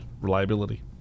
reliability